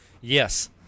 Yes